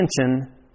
attention